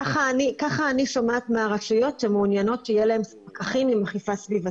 ככה אני שומעת מהרשויות שמעוניינות שיהיו להם פקחים עם אכיפה סביבתית.